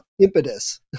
impetus